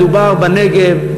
מדובר בנגב,